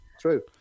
true